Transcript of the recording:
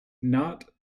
not